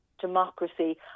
democracy